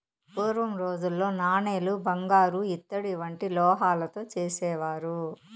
పూర్వం రోజుల్లో నాణేలు బంగారు ఇత్తడి వంటి లోహాలతో చేసేవారు